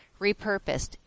repurposed